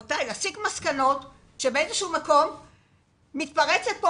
להסיק מסקנות שבאיזושהי מקום מתפרצת פה